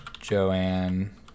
Joanne